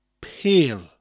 pale